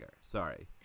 Sorry